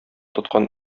тоткан